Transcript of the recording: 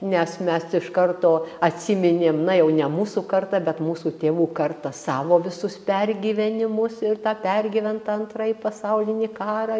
nes mes iš karto atsiminėm na jau ne mūsų karta bet mūsų tėvų karta savo visus pergyvenimus ir tą pergyvent antrąjį pasaulinį karą